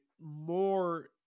more